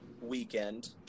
weekend